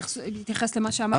בהתייחס למה שאמרת.